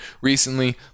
recently